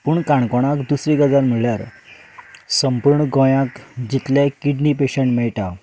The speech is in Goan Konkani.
पूण काणकोणांत दुसरी गजाल म्हणल्यार संपूर्ण गोंयाक जितले किडणी पेशंट मेळटा